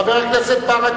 חבר הכנסת בן-ארי,